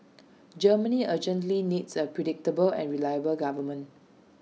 Germany urgently needs A predictable and reliable government